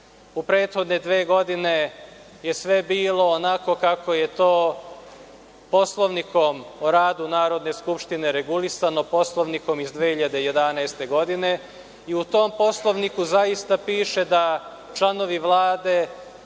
u prethodne dve godine je sve bilo onako kako je to Poslovnikom o radu Narodne skupštine regulisano, Poslovnikom iz 2011. godine. U tom Poslovniku zaista piše da članovi Vlade